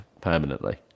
permanently